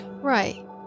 right